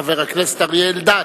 חבר הכנסת אריה אלדד.